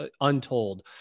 untold